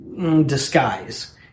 disguise